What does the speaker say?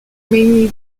mainly